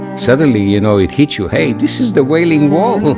suddenly, you know, it hit you. hey, this is the wailing wall